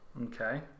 Okay